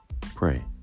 pray